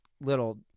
little